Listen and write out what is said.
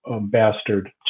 bastard